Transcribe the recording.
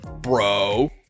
bro